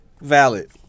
Valid